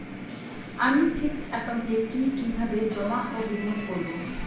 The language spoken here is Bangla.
আমি ফিক্সড একাউন্টে কি কিভাবে জমা ও বিনিয়োগ করব?